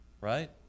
right